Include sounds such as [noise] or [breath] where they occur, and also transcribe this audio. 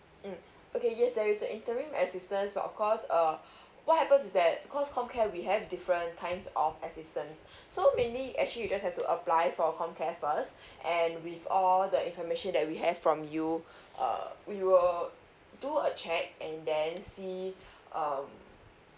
mm okay yes there is a interim assistance of course err [breath] what happen is that cause comcare we have different kinds of assistance [breath] so mainly actually you just have to apply for a comcare first [breath] and with all the information that we have from you [breath] err we will do a check and then see um